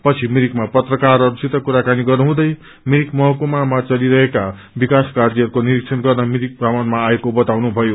पछि मिरिकमा पत्रकारहरूसित कुराकानी गर्नुहुँदै मिरिक महकुमामा चलिरहेको विकास कार्यहरूको निरीक्षण गर्न मिरक भ्रमणमा आएको बताउनुभयो